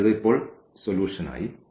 അതിനാൽ ഇത് ഇപ്പോൾ സൊലൂഷൻ ആയി